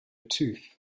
tooth